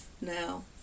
now